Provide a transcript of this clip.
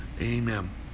Amen